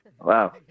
Wow